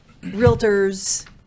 Realtors